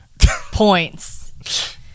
points